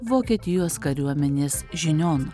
vokietijos kariuomenės žinion